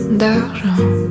d'argent